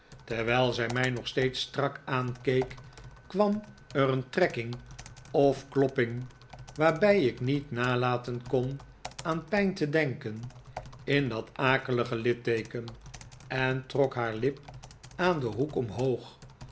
terwijl zij mij nog steeds strak aankeek kwam er een trekking of klopping waarbij ik niet nalaten kon aan pijn te denken in dat akelige litteeken en trok haar lip aan den hoek omhoog